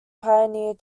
pioneer